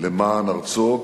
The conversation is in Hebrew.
למען ארצו,